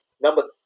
number